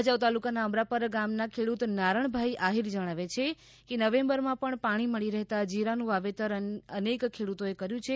ભયાઉ તાલુકાના અમરાપર ગામના ખેડૂત નારાણભાઈ આહિર જણાવે છે કે નવેમ્બરમાં પણ પાણી મળી રહેતા જીરાનું વાવેતર અનેક ખેડૂતોએ કર્યું છે